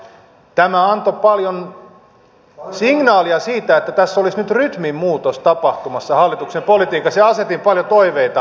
tämä antoi paljon signaalia siitä että tässä olisi nyt rytmin muutos tapahtumassa hallituksen politiikassa ja asetin paljon toiveita